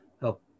help